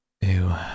Ew